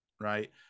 Right